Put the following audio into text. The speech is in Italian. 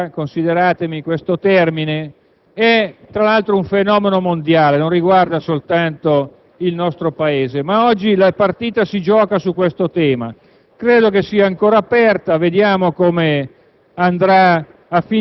dicastocratica, permettetemi questo termine, sia un fenomeno mondiale, che non riguarda soltanto il nostro Paese. Ma oggi la partita si gioca su questo tema e credo sia ancora aperta. Vedremo come